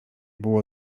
było